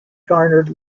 garnered